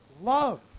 Love